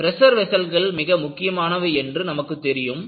pressure வெஸ்ஸல்கள் மிக முக்கியமானவை என்று நமக்குத் தெரியும்